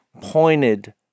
pointed